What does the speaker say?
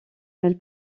elle